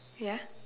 ya